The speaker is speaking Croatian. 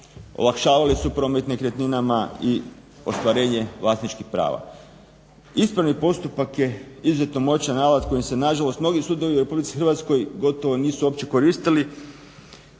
olakšavali su promet nekretninama i ostvarenje vlasničkih prava. Ispravni postupak je izuzetno moćan alat kojim se nažalost mnogi sudovi u Republici Hrvatskoj gotovo nisu uopće koristili